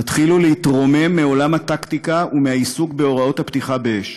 תתחילו להתרומם מעולם הטקטיקה ומהעיסוק בהוראות הפתיחה באש,